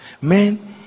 Man